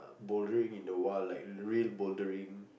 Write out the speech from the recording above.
bouldering in the wild like real bouldering